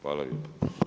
Hvala lijepo.